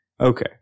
Okay